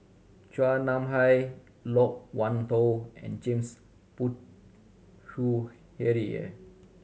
Chua Nam Hai Loke Wan Tho and James Puthucheary